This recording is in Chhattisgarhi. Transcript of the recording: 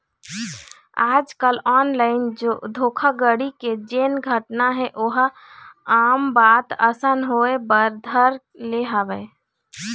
आजकल ऑनलाइन धोखाघड़ी के जेन घटना हे ओहा आम बात असन होय बर धर ले हवय